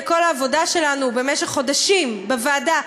וכל העבודה שלנו במשך חודשים בוועדה,